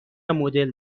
مدل